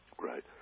right